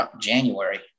January